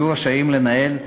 יהיו רשאים לנהל,